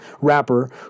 rapper